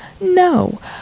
No